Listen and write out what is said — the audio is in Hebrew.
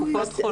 קופות חולים,